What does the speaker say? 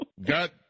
got